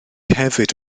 hefyd